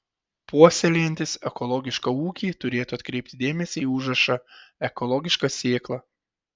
puoselėjantys ekologišką ūkį turėtų atkreipti dėmesį į užrašą ekologiška sėkla